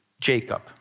Jacob